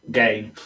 game